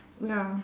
ya